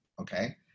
Okay